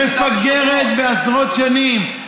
מפגרים בעשרות שנים.